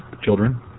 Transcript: children